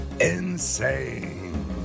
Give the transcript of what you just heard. insane